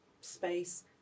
space